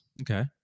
Okay